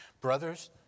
Brothers